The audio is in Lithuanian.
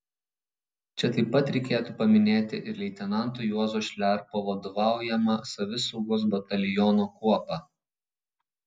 čia taip pat reikėtų paminėti ir leitenanto juozo šliarpo vadovaujamą savisaugos bataliono kuopą